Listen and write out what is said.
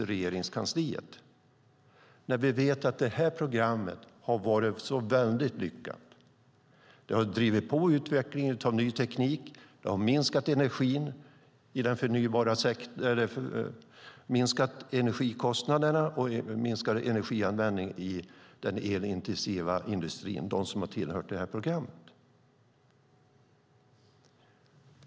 I stället finns generella skrivningar om att ärendet bereds i Regeringskansliet. Programmet har drivit på utvecklingen av ny teknik och minskat energikostnaderna och energianvändningen i den elintensiva industrin för dem som deltagit i programmet.